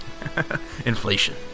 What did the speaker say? Inflation